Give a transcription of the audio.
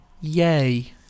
yay